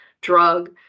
drug